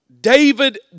David